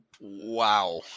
Wow